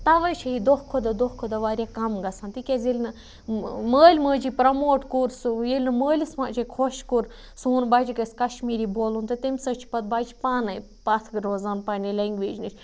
تَوَے چھےٚ یہِ دۄہ کھۄتہٕ دۄہ دۄہ کھۄتہٕ دۄہ واریاہ کَم گژھان تِکیٛازِ ییٚلہِ نہٕ مٲلۍ مٲجی پرٛموٹ کوٚر سُہ ییٚلہِ نہٕ مٲلِس ماجے خۄش کوٚر سون بَچہِ گژھِ کشمیٖری بولُن تہٕ تَمہِ سۭتۍ چھِ پَتہٕ بَچہِ پانَے پَتھ روزان پنٛنہِ لٮ۪نٛگویجہِ نِش